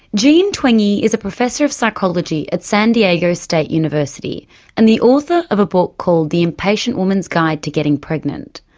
jean twenge is a professor of psychology at san diego state university and the author of a book called the impatient woman's guide to getting pregnant.